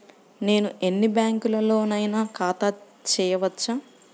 నేను ఎన్ని బ్యాంకులలోనైనా ఖాతా చేయవచ్చా?